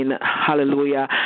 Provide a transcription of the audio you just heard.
hallelujah